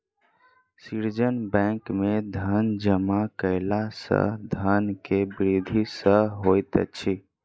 सृजन बैंक में धन जमा कयला सॅ धन के वृद्धि सॅ होइत अछि